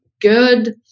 good